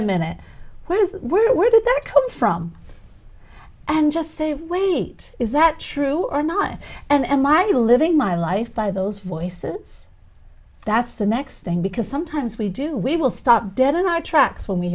a minute what is weird where did that come from and just save weight is that true or not and my living my life by those voices that's the next thing because sometimes we do we will stop dead in our tracks when we